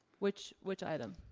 which which item?